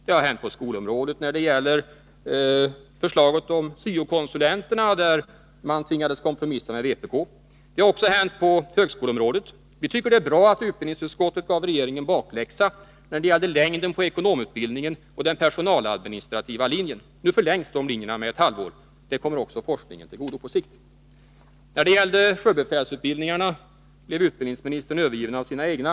Det har hänt på skolområdet när det gäller förslagen om syo-konsulenterna, där man tvingades kompromissa med vpk. Det har också hänt på högskoleområdet. Vi tycker att det är bra att utbildningsutskottet gav regeringen bakläxa när det gällde längden på ekonomutbildningen och på den personaladministrativa linjen. Nu förlängs de linjerna med ett halvår. Det kommer också forskningen till godo på sikt. Beträffande sjöbefälsutbildningen blev utbildningsministern övergiven av sina egna.